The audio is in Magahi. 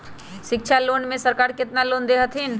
शिक्षा लोन में सरकार केतना लोन दे हथिन?